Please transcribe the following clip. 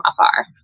afar